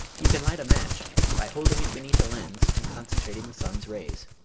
you can light a match by holding it beneath a lens and concentrating the sun's rays.